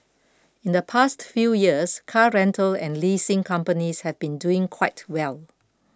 in the past few years car rental and leasing companies have been doing quite well